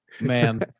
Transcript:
Man